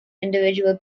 individual